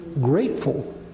grateful